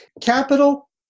Capital